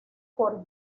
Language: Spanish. por